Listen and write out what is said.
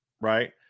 right